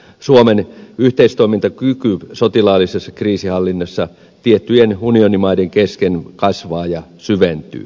suomen yhteistoimintakyky sotilaallisessa kriisinhallinnassa tiettyjen unionimaiden kesken kasvaa ja syventyy